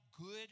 good